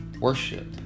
worship